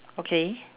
okay